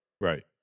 Right